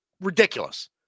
ridiculous